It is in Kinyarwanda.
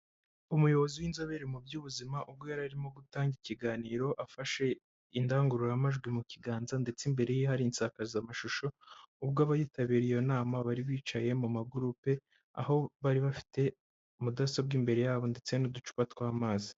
Umuyobozi w'inzobere mu by'ubuzima ubwo yari arimo gutanga ikiganiro afashe indangururamajwi mu kiganza ndetse imbere ye hari insakazamashusho, ubwo abayitabiriye iyo nama bari bicaye mu magurupe, aho bari bafite mudasobwa imbere ya bo ndetse n'uducupa tw'amazi.